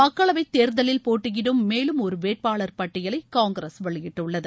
மக்களவைத் தேர்தலில் போட்டியிடும் மேலும் ஒரு வேட்பாளர் பட்டியலை காங்கிரஸ் வெளியிட்டுள்ளது